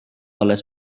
alles